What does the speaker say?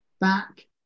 back